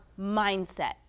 mindset